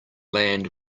land